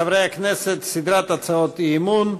חברי הכנסת, סדרת הצעות אי-אמון.